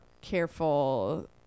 careful